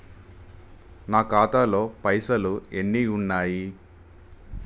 నా ఖాతాలో పైసలు ఎన్ని ఉన్నాయి?